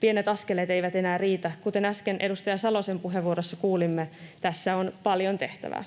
Pienet askeleet eivät enää riitä, kuten äsken edustaja Salosen puheenvuorossa kuulimme. Tässä on paljon tehtävää.